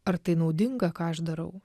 ar tai naudinga ką aš darau